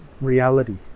reality